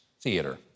theater